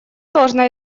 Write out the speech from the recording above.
должна